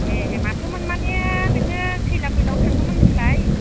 ए मोथोमोन माने नोङो खैलामैलायाव थाङोमोन होनलाय